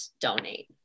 donate